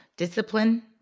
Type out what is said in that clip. Discipline